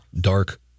dark